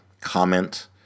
comment